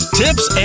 tips